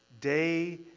day